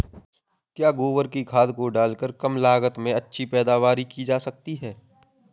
क्या गोबर की खाद को डालकर कम लागत में अच्छी पैदावारी की जा सकती है?